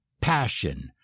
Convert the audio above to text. passion